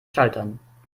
schaltern